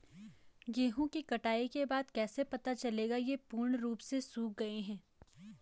गेहूँ की कटाई के बाद कैसे पता चलेगा ये पूर्ण रूप से सूख गए हैं?